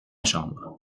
chambre